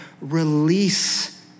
release